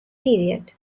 period